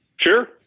Sure